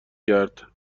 کرد